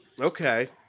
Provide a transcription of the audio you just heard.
okay